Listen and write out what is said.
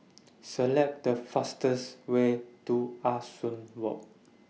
Select The fastest Way to Ah Soo Walk